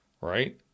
right